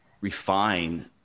refine